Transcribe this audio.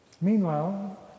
Meanwhile